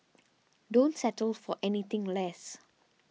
don't settle for anything less